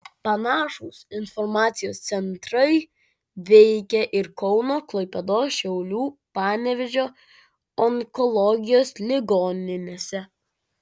panašūs informacijos centrai veikė ir kauno klaipėdos šiaulių panevėžio onkologijos ligoninėse